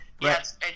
Yes